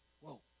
Whoa